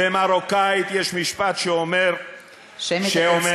שמית, אנחנו צריכים רשימה.